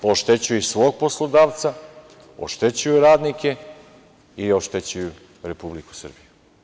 Oštećuju i svog poslodavca, oštećuju radnike i oštećuju Republiku Srbiju.